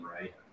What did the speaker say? right